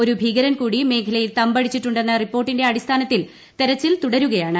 ഒരു ഭീകര്ൻ കൂടി മേഖലയിൽ തമ്പടിച്ചിട്ടുണ്ടെന്ന റിപ്പോർട്ടിന്റെ അടിസ്ഥാനത്തിൽ തെരച്ചിൽ തുടരുകയാണ്